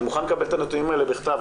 אני מוכן לקבל את הנתונים האלה בכתב.